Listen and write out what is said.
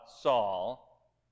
Saul